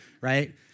right